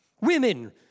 Women